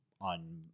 on